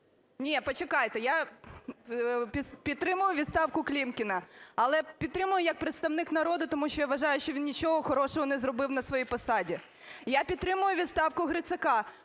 Ні, почекайте. Я підтримую відставку Клімкіна. Але підтримую як представник народу, тому що я вважаю, що він нічого хорошого не зробив на своїй посаді. Я підтримую відставку Грицака.